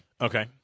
Okay